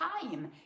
time